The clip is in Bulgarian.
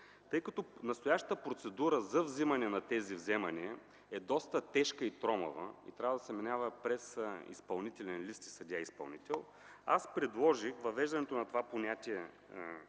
Тъй като настоящата процедура за събиране на тези вземания е доста тежка и тромава и трябва да се минава през изпълнителен лист и съдия-изпълнител, аз предложих въвеждането на понятието